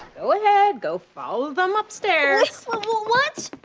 go ahead, go follow them upstairs. wa wa what?